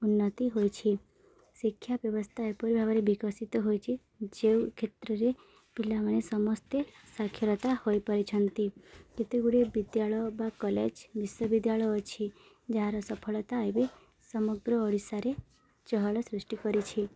ଉନ୍ନତି ହୋଇଛି ଶିକ୍ଷା ବ୍ୟବସ୍ଥା ଏପରି ଭାବରେ ବିକଶିତ ହୋଇଛି ଯେଉଁ କ୍ଷେତ୍ରରେ ପିଲାମାନେ ସମସ୍ତେ ସ୍ଵାକ୍ଷରତା ହୋଇପାରିଛନ୍ତି କେତେଗୁଡ଼ିଏ ବିଦ୍ୟାଳୟ ବା କଲେଜ ବିଶ୍ୱବିଦ୍ୟାଳୟ ଅଛି ଯାହାର ସଫଳତା ଏବେ ସମଗ୍ର ଓଡ଼ିଶାରେ ଚହଳ ସୃଷ୍ଟି କରିଛି